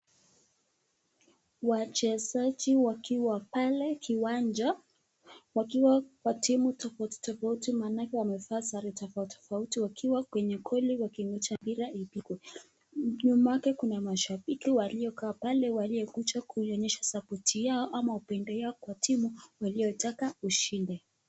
Wachezaji wakiwa pale kiwanja, wakiwa kwa timu tofauti tofauti maanake wamevaa sare tofauti tofauti wakiwa kwenye goli wakingoja mpira ipigwe, nyuma yake kuna mashabiki waliokaa pale waliokuja kuionyesha sapoti yao ama upendo yao kwa timu waliotaka ishinde.